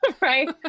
right